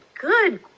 good